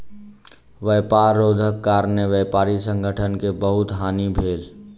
व्यापार रोधक कारणेँ व्यापारी संगठन के बहुत हानि भेल